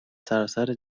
سراسر